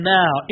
now